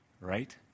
right